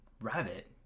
rabbit